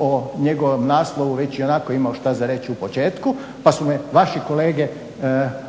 o njegovom naslovu već ionako imao šta za reći u početku pa su me vaši kolege